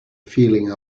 feeling